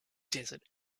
desert